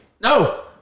No